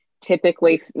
Typically